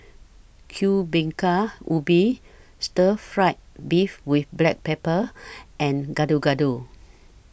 Kuih Bingka Ubi Stir Fry Beef with Black Pepper and Gado Gado